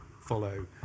follow